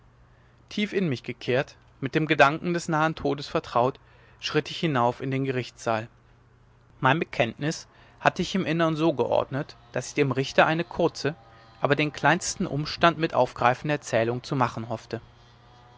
tief in mich gekehrt mit dem gedanken des nahen todes vertraut schritt ich hinauf in den gerichtssaal mein bekenntnis hatte ich im innern so geordnet daß ich dem richter eine kurze aber den kleinsten umstand mit aufgreifende erzählung zu machen hoffte